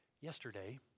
yesterday